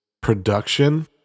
production